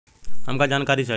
हमका जानकारी चाही?